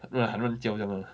他他乱教这样 lah